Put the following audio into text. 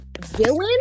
villain